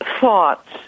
thoughts